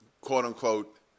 quote-unquote